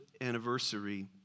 anniversary